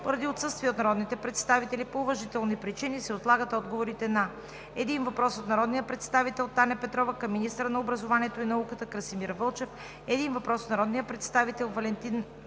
Поради отсъствие на народни представители по уважителни причини се отлагат отговорите на един въпрос от народния представител Таня Петрова към министъра на образованието и науката Красимир Вълчев и на един въпрос от народния представител Валентин